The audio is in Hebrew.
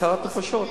הצלת נפשות.